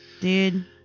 Dude